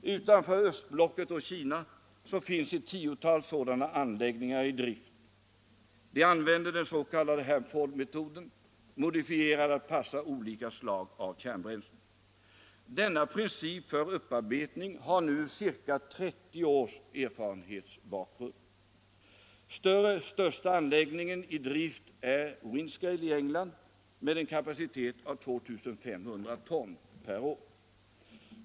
Utanför östblocket och Kina finns ett tiotal sådana anläggningar i drift. De använder den s.k. Hanfordmetoden, modifierad att passa olika slag av kärnbränslen. Denna princip för upparbetning har nu ca 30 års erfarenhetsbakgrund. Den största anläggningen i drift är Windscale i England med en kapacitet på 2 500 ton per år.